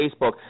Facebook